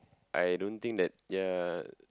I don't think that ya